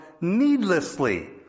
needlessly